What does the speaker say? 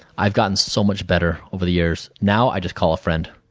i have gotten so much better over the years. now, i just call a friend